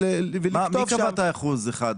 מי קבע את האחוז האחד?